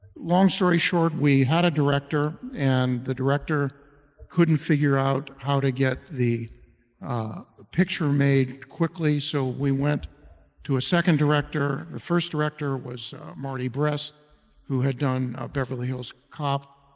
long story short, we had a director and the director couldn't figure out how to get the picture made quickly. so we went to a second director, the first director was marty brass who had done our beverly hills cop,